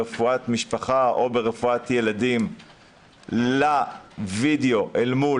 רפואת משפחה או רפואת ילדים לווידאו אל מול